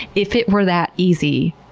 if it were that easy,